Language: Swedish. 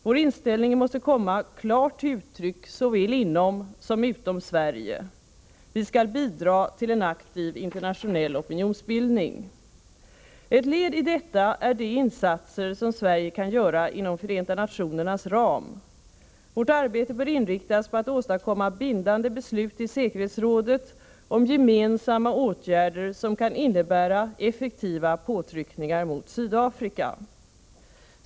Vår inställning måste komma klart till uttryck såväl inom som utom Sverige. Vi skall bidra till en aktiv internationell opinionsbildning. Ett led i detta är de insatser som Sverige kan göra inom Förenta nationernas ram. Vårt arbete bör inriktas på att åstadkomma bindande beslut i säkerhetsrådet om gemensamma åtgärder, som kan innebära effektiva påtryckningar mot Sydafrika.